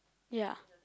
ya